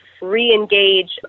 re-engage